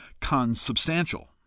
consubstantial